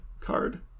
card